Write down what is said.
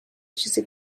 چیزی